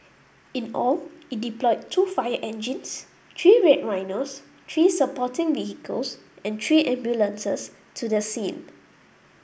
in all it deployed two fire engines three Red Rhinos three supporting vehicles and three ambulances to the scene